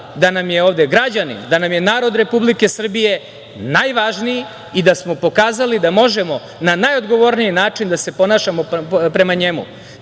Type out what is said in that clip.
da nam je ovde građanin, da nam je narod Republike Srbije najvažniji i da smo pokazali da možemo na najodgovorniji način da se ponašamo prema njemu. Tako